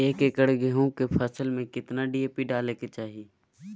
एक एकड़ गेहूं के फसल में कितना डी.ए.पी डाले के चाहि?